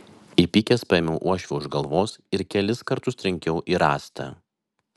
įpykęs paėmiau uošvę už galvos ir kelis kartus trenkiau į rąstą